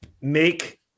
make